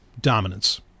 dominance